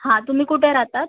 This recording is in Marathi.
हां तुम्ही कुठे राहतात